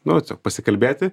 nu va tiesiog pasikalbėti